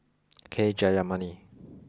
K Jayamani